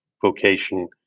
vocation